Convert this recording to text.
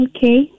Okay